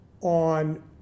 on